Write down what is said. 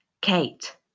Kate